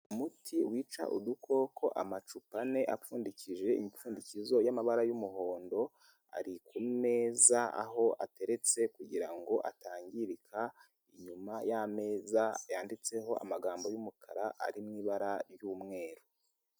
Umuti wica udukoko, amacupa ane apfundikishije imipfundikizo y'amabara y'umuhondo ari ku meza aho ateretse kugira ngo atangirika, inyuma y'ameza yanditseho amagambo y'umukara ari mu ibara ry'umweru.